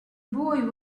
boy